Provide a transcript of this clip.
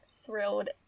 thrilled